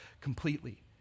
completely